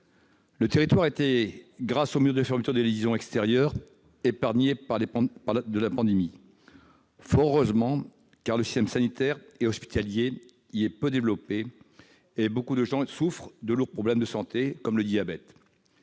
Ce territoire était, grâce à la fermeture des liaisons extérieures, épargné par la pandémie, fort heureusement car le système sanitaire et hospitalier y est peu développé et de nombreux habitants souffrent déjà de lourds problèmes de santé, comme le diabète.